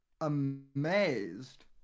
amazed